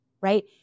right